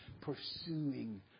pursuing